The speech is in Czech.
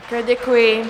Také děkuji.